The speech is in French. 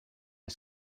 est